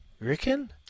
reckon